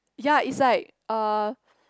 ya it's like uh